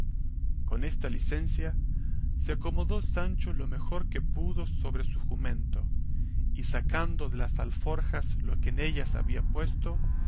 con esta licencia se acomodó sancho lo mejor que pudo sobre su jumento y sacando de las alforjas lo que en ellas había puesto